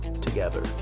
together